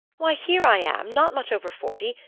why, here i am, not much over forty,